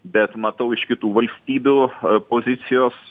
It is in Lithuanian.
bet matau iš kitų valstybių pozicijos